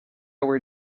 were